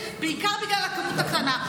בעיקר בגלל המספר הקטן.